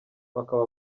bakaba